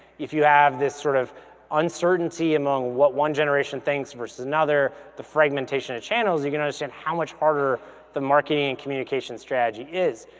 if you have this sort of uncertainty among what one generation thinks versus another, the fragmentation of channels, you're gonna and how much harder the marketing and communication strategy is.